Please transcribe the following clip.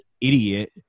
idiot